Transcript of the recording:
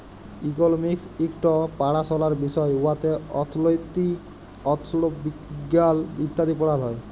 economics ইকট পাড়াশলার বিষয় উয়াতে অথ্থলিতি, অথ্থবিজ্ঞাল ইত্যাদি পড়াল হ্যয়